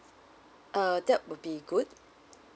uh that would be good